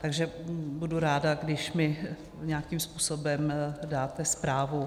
Takže budu ráda, když mi nějakým způsobem dáte zprávu.